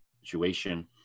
situation